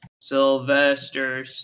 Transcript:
Sylvester